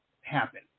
happen